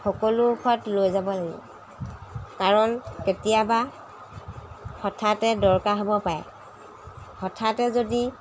সকলো ঔষধ লৈ যাব লাগিব কাৰণ কেতিয়াবা হঠাতে দৰকাৰ হ'ব পাৰে হঠাতে যদি